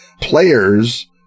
players